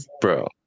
bro